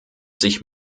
sich